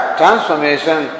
transformation